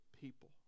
people